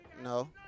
No